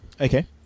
Okay